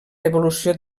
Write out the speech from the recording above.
devolució